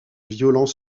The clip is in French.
violent